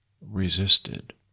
resisted